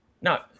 No